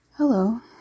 Hello